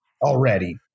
already